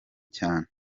cyane